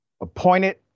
appointed